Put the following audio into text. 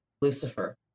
Lucifer